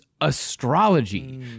astrology